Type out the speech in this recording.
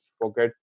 Forget